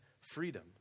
freedom